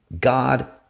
God